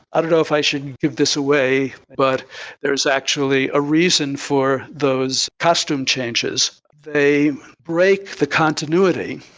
i don't know if i should give this away, but there's actually a reason for those costume changes. they break the continuity,